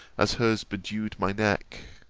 as hers bedewed my neck.